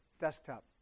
desktop